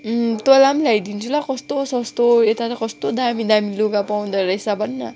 तँलाई पनि ल्याइदिन्छु ल कस्तो सस्तो यता त कस्तो दामी दामी लुगा पाउँदोरहेछ भन न